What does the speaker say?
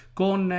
con